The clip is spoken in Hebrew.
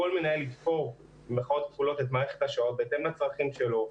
כל מנהל "יבחר" את מערכת השעות בהתאם לצרכים שלו,